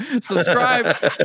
subscribe